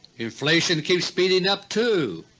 inflation keeps speeding up too.